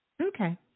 Okay